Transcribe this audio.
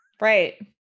Right